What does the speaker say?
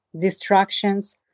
distractions